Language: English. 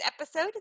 episode